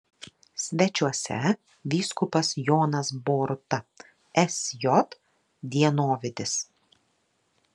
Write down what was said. svečiuose vyskupas jonas boruta sj dienovidis